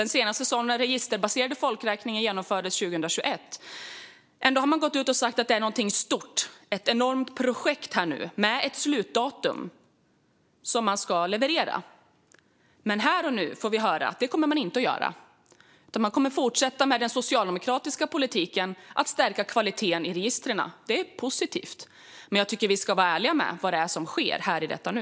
Den senaste registerbaserade folkräkningen genomfördes 2021. Ändå har man sagt att det är fråga om något stort, ett enormt projekt med ett slutdatum för leverans. Men här och nu får vi höra att man inte kommer att göra det. I stället kommer man att fortsätta med den socialdemokratiska politiken att stärka kvaliteten i registren - och det är positivt. Men vi ska vara ärliga med vad som sker i detta nu.